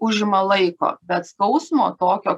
užima laiko bet skausmo tokio